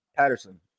patterson